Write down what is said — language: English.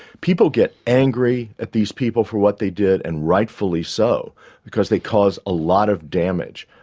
people get angry at these people for what they did and rightfully so because they cause a lot of damage.